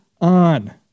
on